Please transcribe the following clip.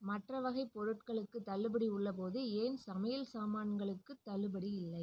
மற்ற வகைப் பொருட்களுக்குத் தள்ளுபடி உள்ளபோது ஏன் சமையல் சாமான்களுக்குத் தள்ளுபடி இல்லை